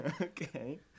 Okay